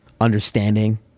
understanding